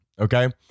Okay